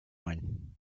line